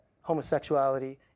homosexuality